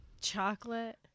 Chocolate